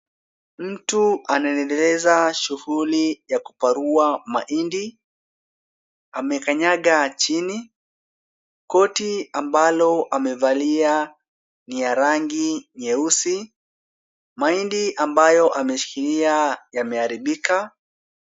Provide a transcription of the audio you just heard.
Mtu anaendesha shughuli ya kuparua mahindi. Amekanyaga chini. Koti ambalo amevalia ni ya rangi nyeusi. Mahindi ambayo ameshiia yameharibika.